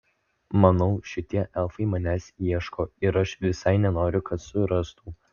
manau šitie elfai manęs ieško ir aš visai nenoriu kad surastų